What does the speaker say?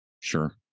Sure